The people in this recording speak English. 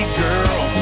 girl